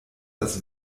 das